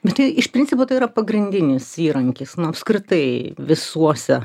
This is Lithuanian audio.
bet tai iš principo tai yra pagrindinis įrankis apskritai visuose